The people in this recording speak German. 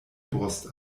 brust